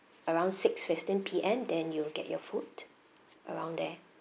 around six fifteen P_M then you'll get your food around there